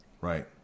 Right